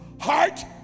heart